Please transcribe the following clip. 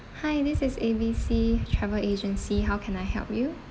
hi this is A B C travel agency how can I help you